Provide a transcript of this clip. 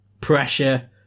pressure